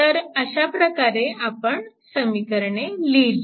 तर अशा प्रकारे आपण समीकरणे लिहिली